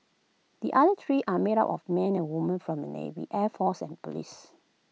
the other three are made up of men and women from the navy air force and Police